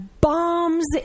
bombs